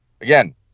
Again